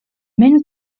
men